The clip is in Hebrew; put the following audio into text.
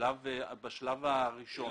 בשלב הראשון.